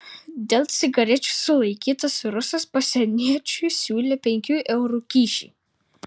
dėl cigarečių sulaikytas rusas pasieniečiui siūlė penkių eurų kyšį